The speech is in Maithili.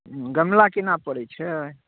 गमला केना पड़ैत छै